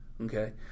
Okay